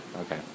okay